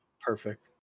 perfect